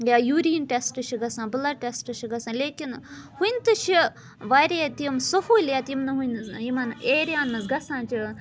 یا urine test چھِ گَژھان بٕلَڈ ٹیٚسٹ چھِ گَژھان لیکِن وٕنہِ تہِ چھِ واریاہ تِم سہوٗلیت یِم نہٕ وٕنہِ یِمَن ایریاہَن منٛز گَژھان چھِ